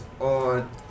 on